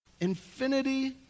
infinity